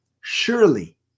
Surely